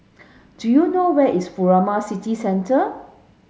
do you know where is Furama City Centre